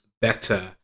better